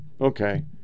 Okay